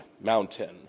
mountain